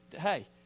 hey